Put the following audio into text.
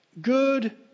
Good